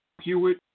Hewitt